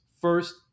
First